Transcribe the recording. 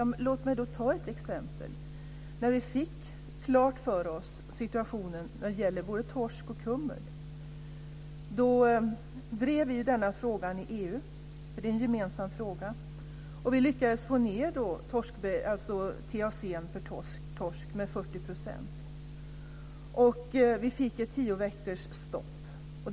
Ja, låt mig ta ett exempel. När vi fick klart för oss situationen för både torsk och kummel drev vi frågan i EU - det är ju en gemensam fråga - och vi lyckades få ned TAC för torsk med 40 %. Vi fick ett tioveckorsstopp.